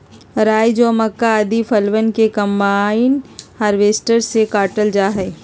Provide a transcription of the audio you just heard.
राई, जौ, मक्का, आदि फसलवन के कम्बाइन हार्वेसटर से काटल जा हई